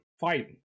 fight